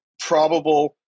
probable